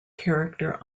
character